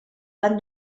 van